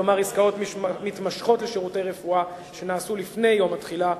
כלומר עסקאות מתמשכות לשירותי רפואה שנעשו לפני יום התחילה,